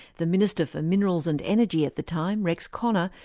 the minister for minerals and energy at the time, rex connor,